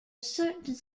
certain